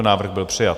Návrh byl přijat.